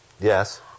Yes